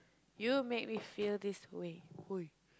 you make me feel this way !oi!